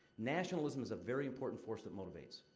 nationalism is a very important force that motivates.